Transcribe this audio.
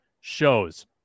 shows